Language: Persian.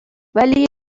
ولی